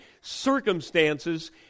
circumstances